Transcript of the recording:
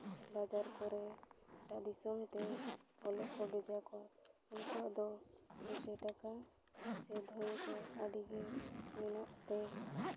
ᱵᱟᱡᱟᱨ ᱠᱚᱨᱮ ᱮᱴᱟᱜ ᱫᱤᱥᱚᱢ ᱛᱮ ᱚᱞᱚᱜ ᱠᱚ ᱵᱷᱮᱡᱟ ᱠᱚᱣᱟ ᱩᱱᱠᱩᱣᱟᱜ ᱫᱚ ᱯᱩᱭᱥᱟᱹ ᱴᱟᱠᱟ ᱥᱮ ᱫᱷᱚᱱ ᱠᱚ ᱟᱹᱰᱤ ᱜᱮ ᱢᱮᱱᱟᱜ ᱛᱮ